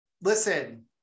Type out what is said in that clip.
listen